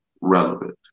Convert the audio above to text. relevant